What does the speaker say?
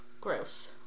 Gross